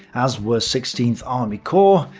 as were sixteenth army corps,